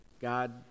God